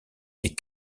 des